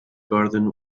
garden